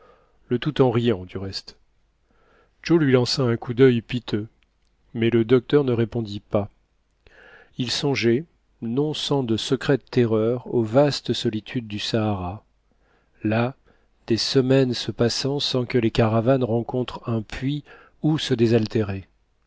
le tout en riant du reste joe lui lança un coup d'il piteux mais le docteur ne répondit pas il songeait non sans de secrètes terreurs aux vastes solitudes du sahara là des semaines se passant sans que les caravanes rencontrent un puits où se désaltérer